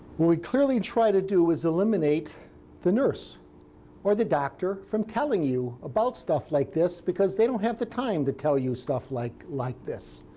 we clearly try to do is eliminate the nurse or the doctor from telling you about stuff like this, because they don't have the time to tell you stuff like like this.